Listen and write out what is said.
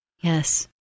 Yes